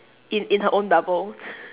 in in her own bubble